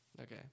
Okay